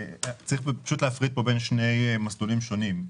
צריך להפריד בין שני מסלולים שונים.